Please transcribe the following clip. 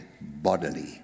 bodily